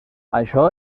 això